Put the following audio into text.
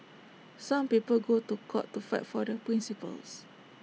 some people go to court to fight for their principles